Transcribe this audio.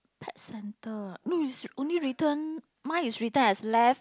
pet centre ah no is only written mine is written as left